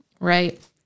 Right